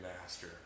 master